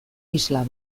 isla